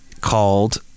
called